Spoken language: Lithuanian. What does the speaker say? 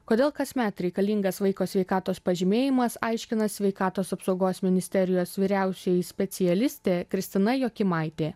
kodėl kasmet reikalingas vaiko sveikatos pažymėjimas aiškina sveikatos apsaugos ministerijos vyriausioji specialistė kristina jokimaitė